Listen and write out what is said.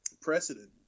precedent